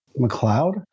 McLeod